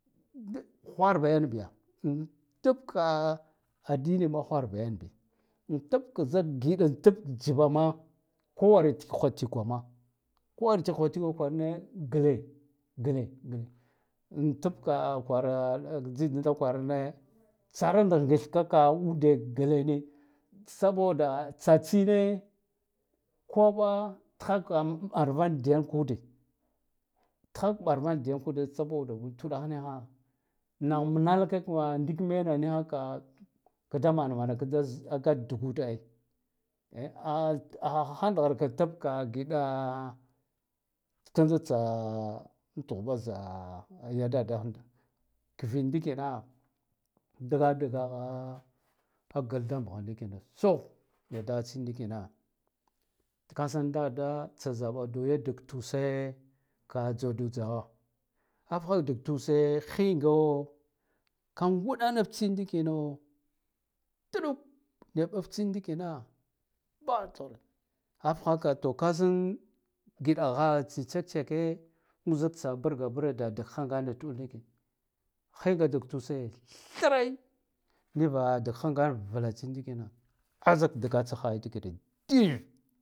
Da hwarba yan biya duk addini ma hwanba yanbi an tab zak giɗa tub jiba ma kowar tsikwha tsikwama koware tsihwa tsiwa kwarane glegle ni an tabka ji yanda kwarane saranda gathka ka ude gleni saboda tsa tsine koɓa tha kam arvan dayan ude tha bargan da yan ud uɗah niha nah nalaka k ndika kayane niha ka ka da mana mana kadugud ai a hand harka ka giɗa tsanda tsa antuɓa za ya dadada handa kiviɗ ndikina dga dga gal da mha ndikina suh ni da tsin kasan dada tsa zaba bi ya dag tuse ka jaw du jawa ahe dag tuse hingo ka nguɗanat tsine ndikino duɗuk niya ɓat tsin ndikina da tsin ahfakam to kasan giɗa ka chek-cheke uzuk tsa barga bra da hangane hinga dag tube thray niva dag han gane hula tsin ndikina azak dga da tsa hala jigrin dith.